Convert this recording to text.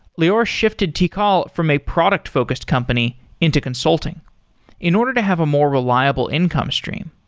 lior shifted tikal from a product-focused company into consulting in order to have a more reliable income stream.